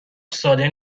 ساده